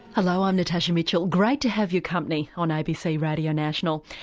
hello, i'm natasha mitchell, great to have your company on abc radio national,